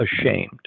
ashamed